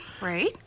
Right